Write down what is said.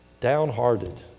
downhearted